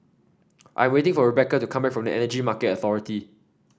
I'm waiting for Rebeca to come back from Energy Market Authority